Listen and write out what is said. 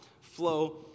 flow